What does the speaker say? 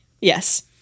Yes